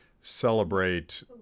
celebrate